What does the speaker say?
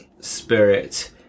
spirit